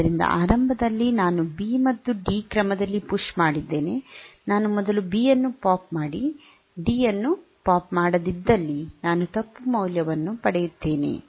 ಆದ್ದರಿಂದ ಆರಂಭದಲ್ಲಿ ನಾನು ಬಿ ಮತ್ತು ಡಿ ಕ್ರಮದಲ್ಲಿ ಪುಶ್ ಮಾಡಿದ್ದೇನೆ ನಾನು ಮೊದಲು ಬಿ ಅನ್ನು ಪಾಪ್ ಮಾಡಿ ಡಿ ಅನ್ನು ಪಾಪ್ ಮಾಡದಿದ್ದಲ್ಲಿ ನಾನು ತಪ್ಪು ಮೌಲ್ಯವನ್ನು ಪಡೆಯುತ್ತೇನೆ